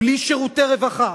בלי שירותי רווחה,